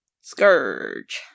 Scourge